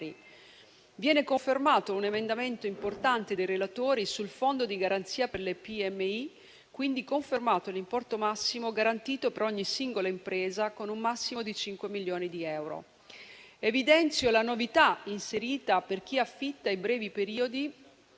Viene confermato un emendamento importante dei relatori sul Fondo di garanzia per le piccole e medie imprese, quindi viene confermato l'importo massimo garantito per ogni singola impresa, con un massimo di 5 milioni di euro. Evidenzio la novità inserita per chi affitta, per brevi periodi